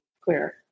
clear